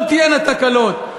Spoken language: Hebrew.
לא תהיינה תקלות.